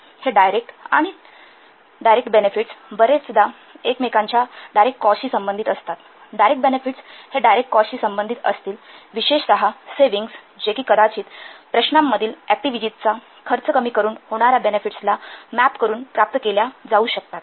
हे डायरेक्ट आणि direct benefits बर्याचदा ते एकमेकांच्या डायरेक्ट कॉस्टशी संबंधित असतात डायरेक्ट बेनेफिट्स हे डायरेक्ट कॉस्ट शी संबंधित असतील विशेषत सेविंग्स जे कि कदाचित प्रश्नांमधील ऍक्टिव्हिटीजचचा खर्च कमी करून होणाऱ्या बेनेफिट्स ला मॅप करून प्राप्त केल्या शकतात